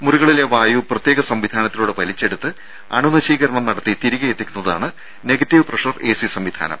മുറികളിലെ വായു പ്രത്യേക സംവിധാനത്തിലൂടെ വലിച്ചെടുത്ത് അണുനശീകരണം നടത്തി തിരികെ എത്തിക്കുന്നതാണ് നെഗറ്റീവ് പ്രഷർ എസി സംവിധാനം